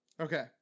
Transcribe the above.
okay